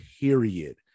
Period